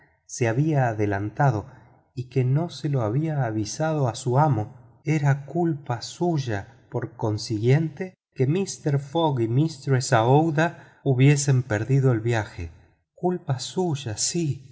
se había adelantado y que no se lo había avisado a su amo era culpa suya por consiguiente que mister fogg y mistress aouida hubiesen perdido el viaje culpa suya sí